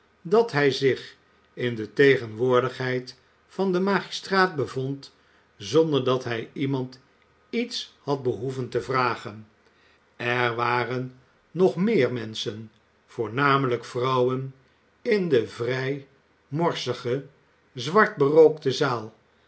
dat hij zich in de tegenwoordigheid van den magistraat bevond zonder dat hij iemand iets had behoeven te vragen er waren nog meer menschen voornamelijk vrouwen in de vrij morsige zwartberookte zaal